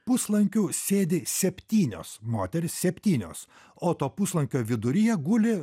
puslankiu sėdi septynios moterys septynios o to puslankio viduryje guli